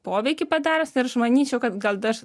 poveikį padariusį ir aš manyčiau kad gal aš